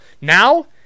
Now